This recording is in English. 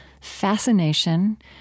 fascination